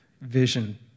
vision